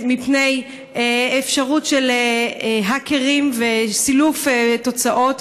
מפני אפשרות של האקרים וסילוף תוצאות?